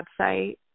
website